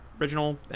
original